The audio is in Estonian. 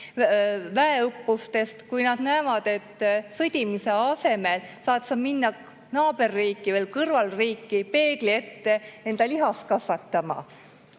väeõppustest, kui nad näevad, et sõdimise asemel saad sa minna naaberriiki või kõrvalriiki peegli ette enda lihast kasvatama?